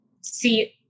see